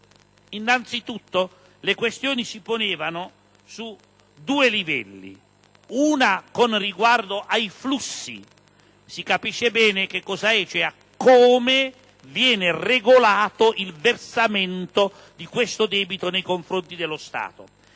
Innanzitutto, le questioni si ponevano su due livelli: una con riguardo ai flussi, cioè al modo in cui viene regolato il versamento di questo debito nei confronti dello Stato